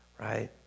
right